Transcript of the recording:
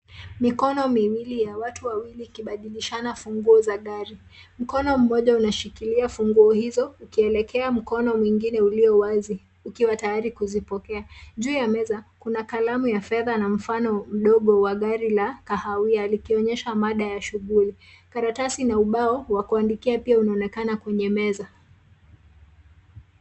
Mikono miwili ya watu wawili ikibadilishana funguo za gari, mkono mmoja unashikilia funguo hizo, ukielekea mkono mwingine ulio wazi, ukiwa tayari kuzipokea. Juu ya meza, kuna kalamu ya fedha na mfano mdogo wa gari la kahawia likionyesha mada ya shughuli. Karatasi na ubao, wa kuandikia pia unaonekana kwenye meza.